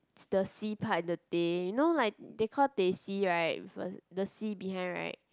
is the C part in the teh you know like they called teh C right with a the C behind right